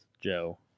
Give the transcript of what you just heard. Joe